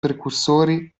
precursori